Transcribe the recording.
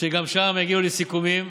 שגם שם יגיעו לסיכומים.